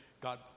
God